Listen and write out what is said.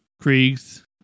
Krieg's